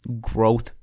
growth